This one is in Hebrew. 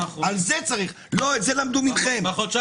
ובחודשיים האחרונים- -- את זה למדו מכם.